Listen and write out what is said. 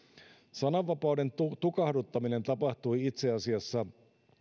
sananvapauden tukahduttaminen tapahtui itse asiassa